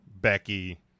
Becky